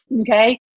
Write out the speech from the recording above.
Okay